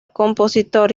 compositor